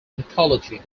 mythology